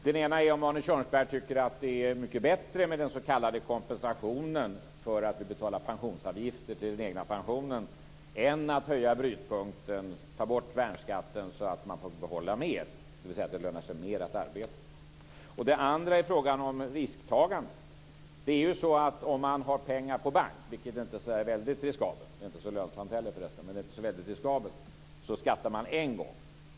Den ena är om Arne Kjörnsberg tycker att det är mycket bättre med den s.k. kompensationen för att man betalar pensionsavgifter till den egna pensionen än att höja brytpunkten och ta bort värnskatten så att man får behålla mer, dvs. att det lönar sig mer att arbeta. Den andra frågan gäller risktagande. Om man har pengar på bank, vilket inte är så särskilt riskabelt och lönsamt, skattar man en gång.